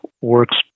works